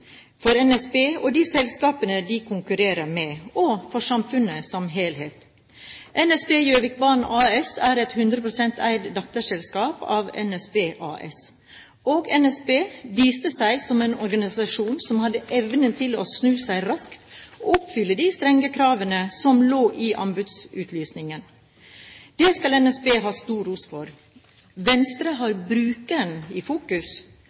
for NSB og de selskapene de konkurrerer med, og for samfunnet som helhet. NSB Gjøvikbanen AS er et 100 pst. eid datterselskap av NSB AS, og NSB viste seg som en organisasjon som hadde evnen til å snu seg raskt og oppfylle de strenge kravene som lå i anbudsutlysningen. Det skal NSB ha stor ros for. Venstre har brukeren i fokus